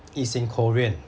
it's in korean